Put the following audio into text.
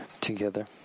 together